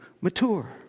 mature